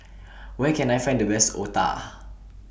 Where Can I Find The Best Otah